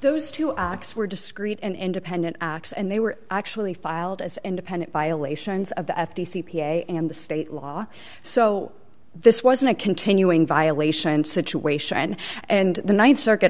those two acts were discrete and independent acts and they were actually filed as independent violations of the f t c p a and the state law so this wasn't a continuing violation situation and the th circuit